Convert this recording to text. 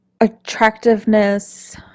attractiveness